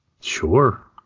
Sure